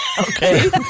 Okay